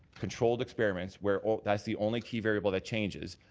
controlled experiments where that's the only key variable that changes,